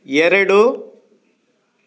ಎರಡು